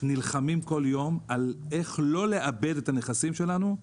נלחמים כל יום על איך לא לאבד את הנכסים שלנו,